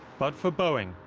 but for boeing,